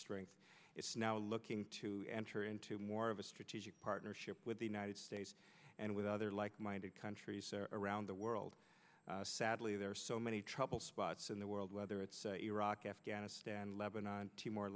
strength it's now looking to enter into more of a strategic partnership with the united states and with other like minded countries around the world sadly there are so many trouble spots in the world whether it's iraq afghanistan lebanon t